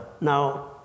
Now